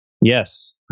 Yes